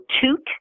Toot